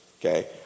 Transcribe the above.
okay